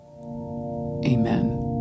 Amen